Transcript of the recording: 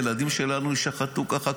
הילדים שלנו יישחטו ככה כולם.